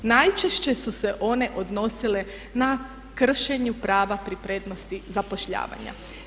Najčešće su se one odnosile na kršenje prava pri prednosti zapošljavanja.